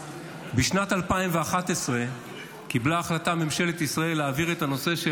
בשנת 2011 קיבלה ממשלת ישראל החלטה להעביר את הנושא של